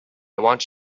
want